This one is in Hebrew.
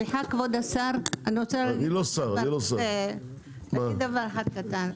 סליחה, כבוד השר, אני רוצה להגיד דבר אחד קטן.